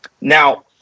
Now